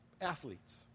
athletes